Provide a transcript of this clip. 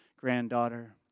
granddaughter